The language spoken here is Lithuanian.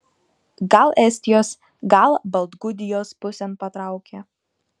gal estijos gal baltgudijos pusėn patraukė